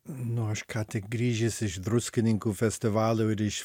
nu aš ką tik grįžęs iš druskininkų festivalio ir iš